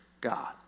God